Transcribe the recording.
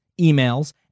emails